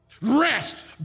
Rest